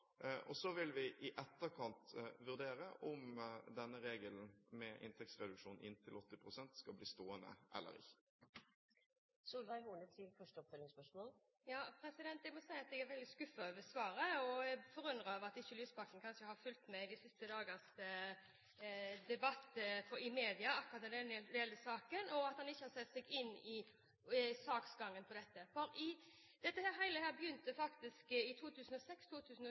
Så vil vi i etterkant vurdere om denne regelen med en inntektsreduksjon på inntil 80 pst. skal bli stående eller ikke. Jeg må si at jeg er veldig skuffet over svaret og forundret over at Lysbakken kanskje ikke har fulgt med i de siste dagers debatt i media når det gjelder akkurat denne saken, og at han ikke har satt seg inn i saksgangen for dette. Dette begynte faktisk i 2006/2007 med St.meld. nr. 19 for 2006–2007. Det begynte